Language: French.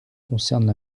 concernent